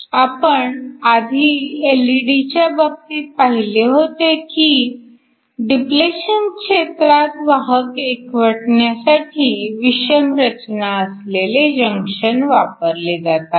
आपण आधी एलईडीच्या बाबतीत पाहिले होते की डिपलेशन क्षेत्रात वाहक एकवटण्यासाठी विषम रचना असलेले जंक्शन वापरले जातात